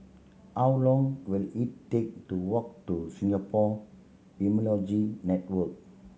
how long will it take to walk to Singapore Immunology Network